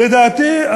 לדעתי,